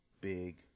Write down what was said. big